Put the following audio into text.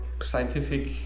scientific